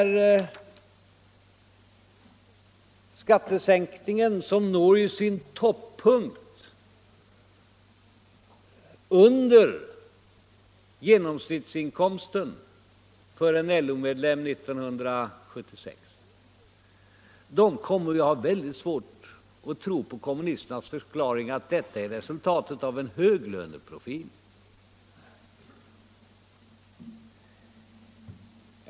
Skattesänkningen når ju sin toppunkt för LO-medlemmar som under 1976 har en inkomst som ligger under genomsnittsinkomsten. Dessa människor kommer att ha väldigt svårt att tro på kommunisternas förklaring att det är resultatet av en höglöneprofil.